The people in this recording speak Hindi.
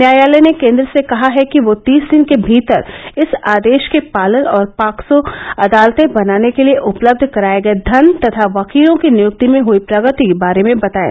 न्यायालय ने केन्द्र से कहा है कि वह तीस दिन के भीतर इस आदेश के पालन और पॉक्सों अदालते बनाने के लिए उपलब्ध कराये गए धन तथा वकीलों की नियुक्ति में हई प्रगति के बारे में बताये